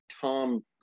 Tom